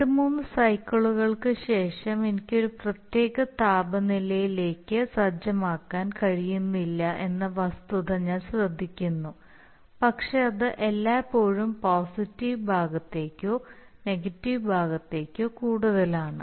രണ്ട് മൂന്ന് സൈക്കിളുകൾക്ക് ശേഷം എനിക്ക് ഒരു പ്രത്യേക താപനിലയിലേക്ക് സജ്ജമാക്കാൻ കഴിയുന്നില്ല എന്ന വസ്തുത ഞാൻ ശ്രദ്ധിക്കുന്നു പക്ഷേ അത് എല്ലായ്പ്പോഴും പോസിറ്റീവ് ഭാഗത്തേക്കോ നെഗറ്റീവ് ഭാഗത്തേക്കോ കൂടുതലാണ്